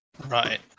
Right